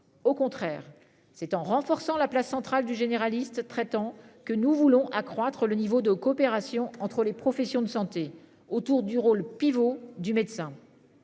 Au contraire, c'est en renforçant la place centrale du généraliste traitant que nous voulons accroître le niveau de coopération entre les professions de santé autour du rôle pivot du médecin.